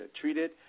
treated